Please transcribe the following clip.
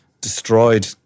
destroyed